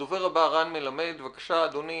הדובר הבא הוא רן מלמד, בבקשה, אדוני.